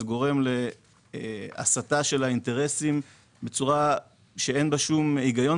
זה גורם להסטה של האינטרסים בצורה שאין בה שום היגיון.